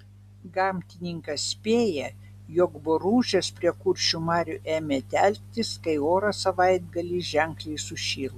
gamtininkas spėja jog boružės prie kuršių marių ėmė telktis kai oras savaitgalį ženkliai sušilo